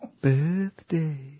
birthday